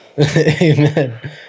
Amen